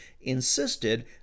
insisted